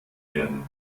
werden